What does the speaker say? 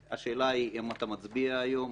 השאלה היא אם אתה מצביע היום,